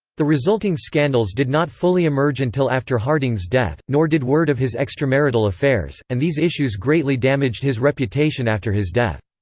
the resulting scandals did not fully emerge until after harding's death, nor did word of his extramarital affairs, and these issues greatly damaged his reputation after his death.